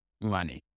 money